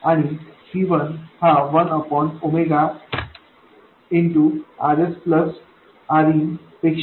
आणि C1 ≫1 0Rs Rin